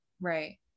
Right